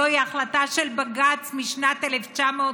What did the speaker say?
זוהי החלטה של בג"ץ משנת 1999,